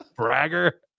bragger